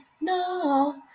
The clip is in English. no